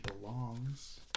belongs